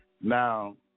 Now